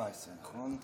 17, נכון?